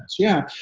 yeah,